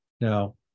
Now